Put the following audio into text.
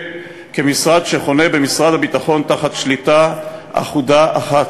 משרד שחונה במשרד הביטחון תחת שליטה אחודה אחת.